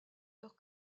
leur